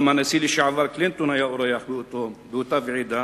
גם הנשיא לשעבר קלינטון היה אורח באותה ועידה,